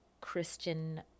Christian